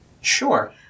Sure